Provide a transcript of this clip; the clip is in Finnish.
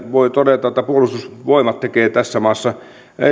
voi todeta että puolustusvoimat tekee tässä maassa